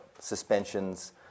suspensions